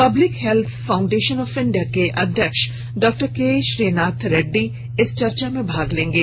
public health foundation of India के अध्यक्ष doctor K Srinath Reddy इस चर्चा में भाग लेंगे